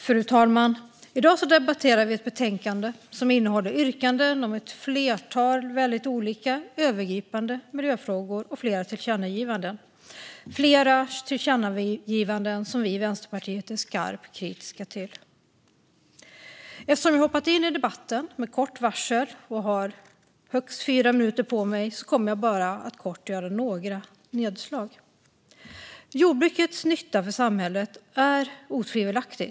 Fru talman! I dag debatterar vi ett betänkande som innehåller yrkanden om ett flertal väldigt olika övergripande miljöfrågor och flera förslag om tillkännagivanden. Flera av de tillkännagivandena är vi i Vänsterpartiet är skarpt kritiska till. Eftersom jag har hoppat in i debatten med kort varsel och har högst fyra minuter på mig kommer jag bara att göra några korta nedslag. Jordbrukets nytta för samhället är otvivelaktig.